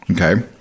Okay